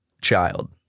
child